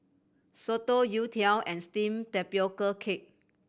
soto youtiao and steamed tapioca cake